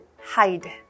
hide